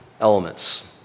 elements